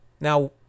Now